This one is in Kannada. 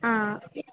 ಆಂ